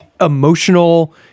emotional